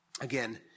Again